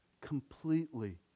completely